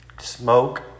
Smoke